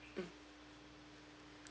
mm